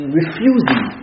refusing